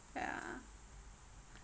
yeah